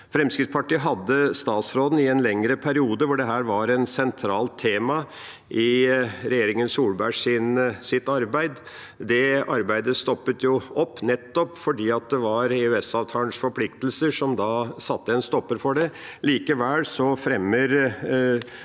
Fremskrittspartiet hadde statsråden i en lengre periode hvor dette var et sentralt tema i regjeringa Solbergs arbeid. Det arbeidet stoppet opp nettopp fordi det var EØS-avtalens forpliktelser som satte en stopper for det. Likevel fremmer